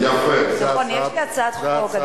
יפה, זה הצעת חוק.